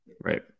right